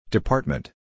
Department